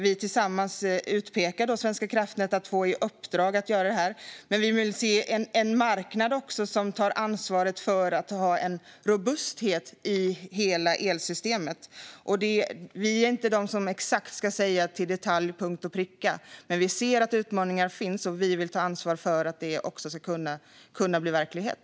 Vi pekar tillsammans ut Svenska kraftnät för uppdraget, men vi vill också se en marknad som tar ansvar för en robusthet i hela elsystemet. Det är inte vi som till punkt och pricka i detalj ska avgöra hur. Vi ser dock att utmaningarna finns, och vi vill ta ansvar för att det också ska bli verklighet.